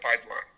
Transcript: pipeline